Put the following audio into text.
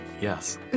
yes